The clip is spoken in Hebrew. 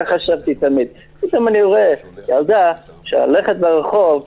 פתאום אני רואה ילדה שהולכת ברחוב,